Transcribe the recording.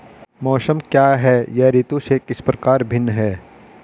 मौसम क्या है यह ऋतु से किस प्रकार भिन्न है?